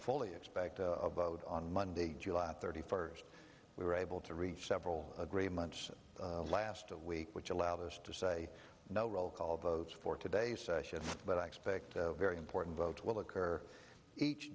fully expect a vote on monday july thirty first we were able to reach several agreements last week which allowed us to say no roll call votes for today's session but i expect a very important vote will occur each